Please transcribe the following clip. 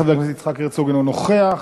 חבר הכנסת יצחק הרצוג, אינו נוכח.